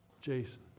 Jason